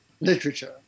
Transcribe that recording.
literature